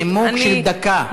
זה נימוק של דקה.